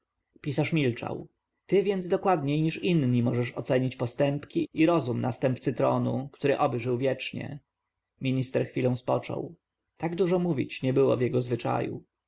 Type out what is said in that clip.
pisarz milczał ty więc dokładniej niż inni możesz ocenić postępki i rozum następcy tronu który oby żył wiecznie minister chwilę spoczął tak dużo mówić nie było w jego zwyczaju